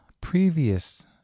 previous